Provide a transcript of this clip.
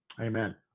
Amen